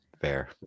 Fair